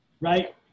right